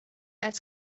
als